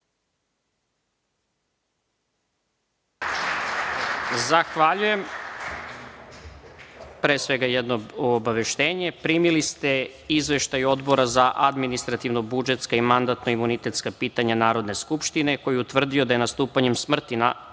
Zahvaljujem. Pre svega jedno obaveštenje. Primili ste Izveštaj Odbora za administrativno-budžetska i mandatno-imunitetska pitanja Narodne skupštine, koji je utvrdio da je nastupanjem smrti